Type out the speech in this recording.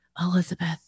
Elizabeth